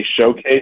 showcase